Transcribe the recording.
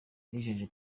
yijeje